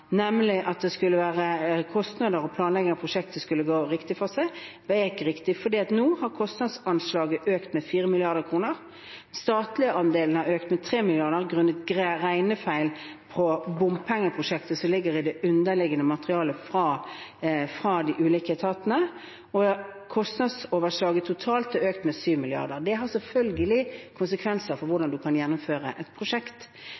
at kostnader og planlegging av prosjektet skulle gå riktig for seg – ikke er riktig, for nå har kostnadsanslaget økt med 4 mrd. kr, den statlige andelen har økt med 3 mrd. kr, grunnet regnefeil i bompengeprosjektet som ligger i det underliggende materialet fra de ulike etatene, og kostnadsoverslaget totalt har økt med 7 mrd. kr. Det har selvfølgelig konsekvenser for hvordan en kan gjennomføre et prosjekt.